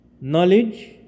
knowledge